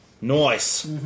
Nice